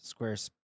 Squarespace